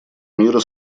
мира